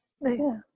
Nice